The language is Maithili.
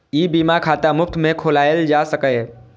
ई बीमा खाता मुफ्त मे खोलाएल जा सकैए